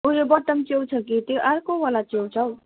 उ यो बटन च्याउ छ कि त्यो अर्कोवाला च्याउ छ हो